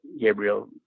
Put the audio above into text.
Gabriel